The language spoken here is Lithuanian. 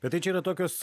bet tai čia yra tokios